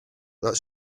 that